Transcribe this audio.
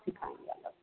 सिखाएँगे सब